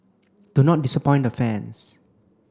do not disappoint the fans